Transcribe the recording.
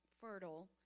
fertile